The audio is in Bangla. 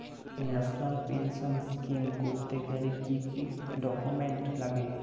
ন্যাশনাল পেনশন স্কিম করতে গেলে কি কি ডকুমেন্ট লাগে?